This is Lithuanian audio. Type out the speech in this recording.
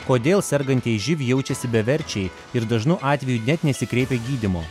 kodėl sergantieji živ jaučiasi beverčiai ir dažnu atveju net nesikreipia gydymo